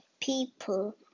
people